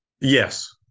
Yes